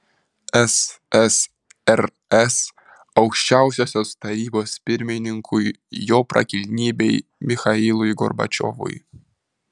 ssrs aukščiausiosios tarybos pirmininkui jo prakilnybei michailui gorbačiovui